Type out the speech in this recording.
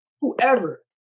whoever